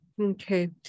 Okay